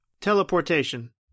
Teleportation